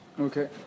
Okay